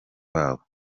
babo